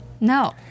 No